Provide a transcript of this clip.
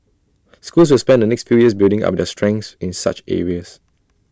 schools will spend the next few years building up their strengths in such areas